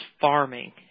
farming